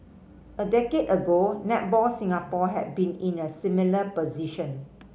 a decade ago Netball Singapore had been in a similar position